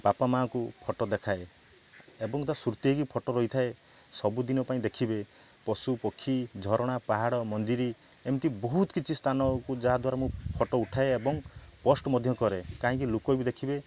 ବାପା ମା'ଙ୍କୁ ଫଟୋ ଦେଖାଏ ଏବଂ ତା'ସ୍ମୃତି ହେଇକି ଫଟୋ ରହିଥାଏ ସବୁଦିନ ପାଇଁ ଦେଖିବେ ପଶୁ ପକ୍ଷୀ ଝରଣା ପାହାଡ଼ ମନ୍ଦିର ଏମିତି ବହୁତ କିଛି ସ୍ଥାନକୁ ଯାହାଦ୍ୱାରା ମୁଁ ଫଟୋ ଉଠାଏ ଏବଂ ପୋଷ୍ଟ ମଧ୍ୟ କରେ କାହିଁକି ଲୋକ ବି ଦେଖିବେ